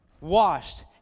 washed